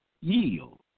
yield